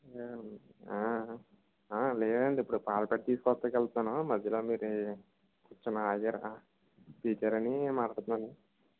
లేదండి ఇప్పుడు పాల ప్యాకెటు తీసుకొస్తానికి వెళ్తనాను మధ్యలో మీరు పిలిచారని మాట్లాడతన్నాను